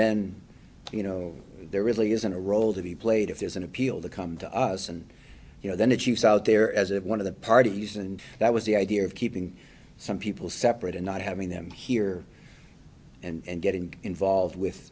then you know there really isn't a role to be played if there's an appeal to come to us and you know then it's use out there as one of the parties and that was the idea of keeping some people separate and not having them here and getting involved with